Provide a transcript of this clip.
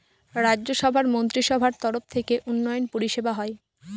রাজ্য সভার মন্ত্রীসভার তরফ থেকে উন্নয়ন পরিষেবা হয়